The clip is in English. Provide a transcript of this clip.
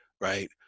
right